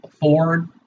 Ford –